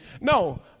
No